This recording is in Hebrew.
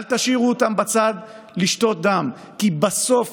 אל תשאירו אותם בצד לשתות דם, כי בסוף